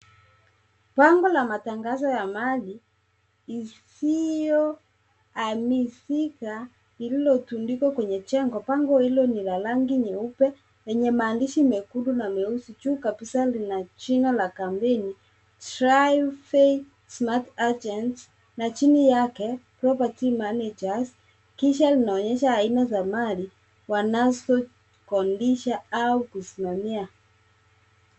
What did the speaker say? Bango la matangazo ya maji isiyoamisika lililotundikwa kwenye jengo. Bango hilo ni la rangi nyeupe na Lina maandishi meusi na mekundu. Juu kabisa kuna jina la kampeni try faith smart agents na chini yake. Kisha linaonekana za maji wanazokodisha au kusimamia.